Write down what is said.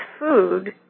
food